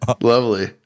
Lovely